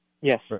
yes